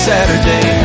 Saturday